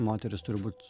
moteris turi būt